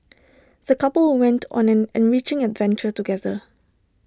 the couple went on an enriching adventure together